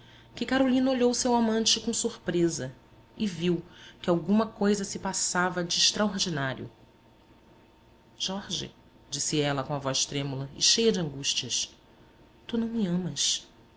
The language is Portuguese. que carolina olhou seu amante com surpresa e viu que alguma coisa se passava de extraordinário jorge disse ela com a voz trêmula e cheia de angústias tu não me amas